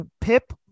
Pip